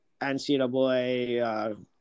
NCAA